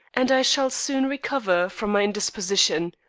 and i shall soon recover from my indisposition.